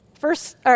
First